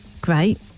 great